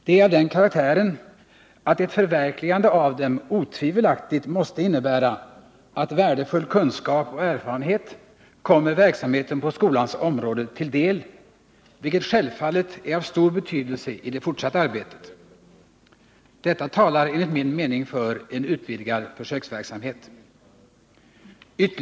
De är av den karaktären att ett förverkligande av dem otvivelaktigt måste innebära att värdefull kunskap och erfarenhet kommer verksamheten på skolans område till del, vilket självfallet är av stor betydelse i det fortsatta arbetet. Detta talar enligt min mening för en utvidgning av försöksverksamheten.